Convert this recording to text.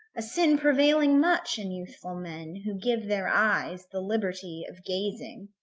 a sin prevailing much in youthful men who give their eyes the liberty of gazing.